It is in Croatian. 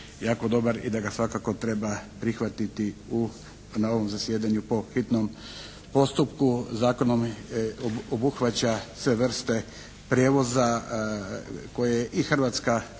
i da ga svakako treba prihvatiti u, na ovom zasjedanju po hitnom postupku. Zakonom obuhvaća sve vrste prijevoza koje i Hrvatska …